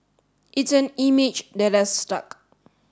it's an image that has stuck